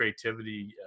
creativity